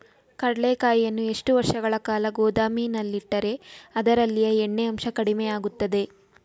ಕಡ್ಲೆಕಾಯಿಯನ್ನು ಎಷ್ಟು ವರ್ಷಗಳ ಕಾಲ ಗೋದಾಮಿನಲ್ಲಿಟ್ಟರೆ ಅದರಲ್ಲಿಯ ಎಣ್ಣೆ ಅಂಶ ಕಡಿಮೆ ಆಗುತ್ತದೆ?